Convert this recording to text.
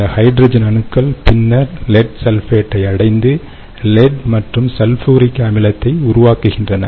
இந்த ஹைட்ரஜன் அணுக்கள் பின்னர் லெட் சல்பேட்டை அடைந்து லெட் மற்றும் சல்பூரிக் அமிலத்தை உருவாக்குகின்றன